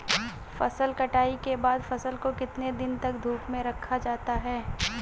फसल कटाई के बाद फ़सल को कितने दिन तक धूप में रखा जाता है?